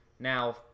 Now